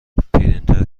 پرینتر